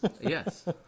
Yes